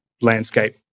landscape